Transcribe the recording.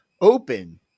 open